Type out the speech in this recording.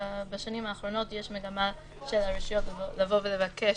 בשנים האחרונות יש מגמה של הרשויות לבקש